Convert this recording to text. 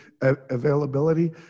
availability